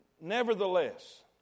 Nevertheless